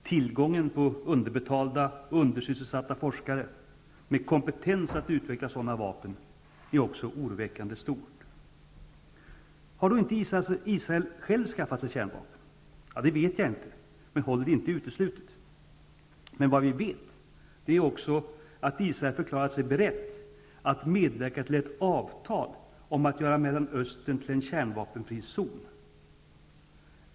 Tillgången på underbetalda och undersysselsatta forskare, med kompetens att utveckla sådana vapen, är också oroväckande stor. Har då inte Israel självt skaffat sig kärnvapen? Det vet jag inte, men jag håller det inte uteslutet. Vad vi vet är att Israel förklarat sig berett att medverka till ett avtal om att göra Mellanöstern till en kärnvapenfri zon.